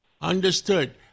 Understood